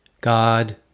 God